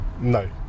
No